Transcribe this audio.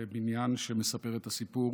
בבניין שמספר את הסיפור